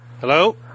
Hello